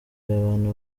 abantu